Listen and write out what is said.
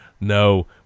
No